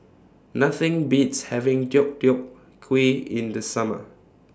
Nothing Beats having Deodeok Gui in The Summer